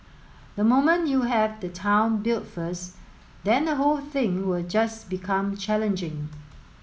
the moment you have the town built first then the whole thing will just become challenging